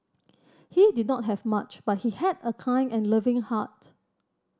he did not have much but he had a kind and loving heart